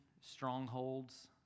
strongholds